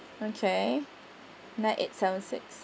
okay nine eight seven six